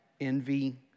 envy